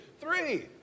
Three